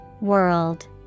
World